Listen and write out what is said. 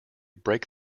break